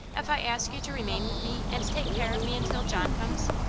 if i ask you to remain with me and take care of me until john comes?